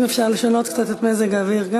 גם לשנות את מזג האוויר.